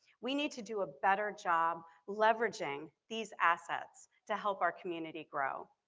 we need to do a better job leveraging these assets to help our community grow.